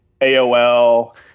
AOL